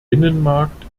binnenmarkt